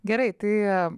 gerai tai